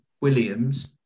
Williams